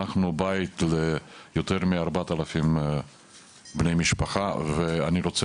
אנחנו בית ליותר מ-4,000 בני משפחה ואני רוצה